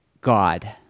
God